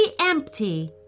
empty